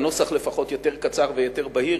הנוסח לפחות יותר קצר ויותר בהיר,